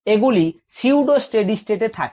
এগুলিছদ্ম steady state এ থাকে